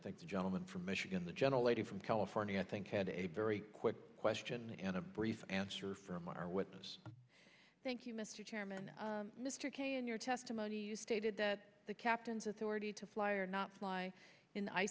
think the gentleman from michigan the gentle lady from california i think had a very quick question and a brief answer from our witness thank you mr chairman mr kay in your testimony you stated that the captain's authority to fly or not fly i